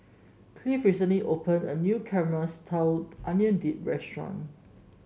Cleave recently opened a new Caramelized Onion Dip restaurant